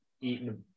eating